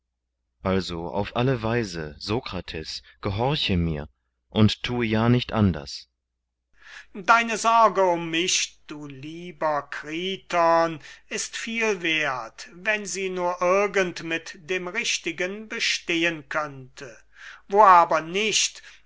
also auf alle weise sokrates gehorche mir und tue ja nicht anders sokrates deine sorge um mich du lieber kriton ist viel wert wenn sie nur irgend mit dem richtigen bestehen könnte wo aber nicht